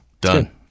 done